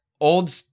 old